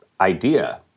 idea